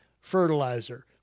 fertilizer